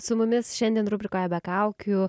su mumis šiandien rubrikoje be kaukių